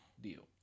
deal